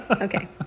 Okay